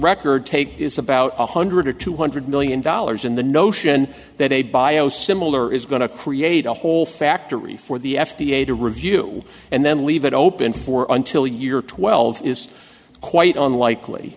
record take is about one hundred or two hundred million dollars and the notion that a bio similar is going to create a whole factory for the f d a to review and then leave it open for until year twelve is quite unlikely